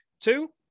two